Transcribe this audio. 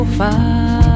far